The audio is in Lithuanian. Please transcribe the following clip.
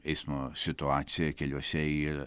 eismo situacija keliuose ir